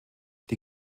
die